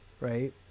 right